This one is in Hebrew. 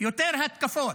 יותר התקפות,